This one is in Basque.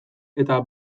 eta